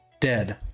dead